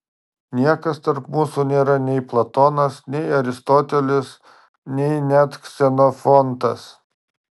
niekas tarp mūsų nėra nei platonas nei aristotelis nei net ksenofontas